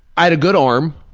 i had a good arm.